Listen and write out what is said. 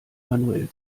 manuell